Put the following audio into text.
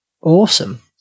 Awesome